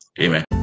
amen